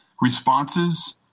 responses